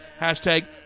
Hashtag